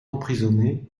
emprisonnés